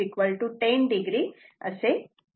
5 10 o असे येते